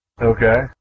Okay